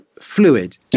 fluid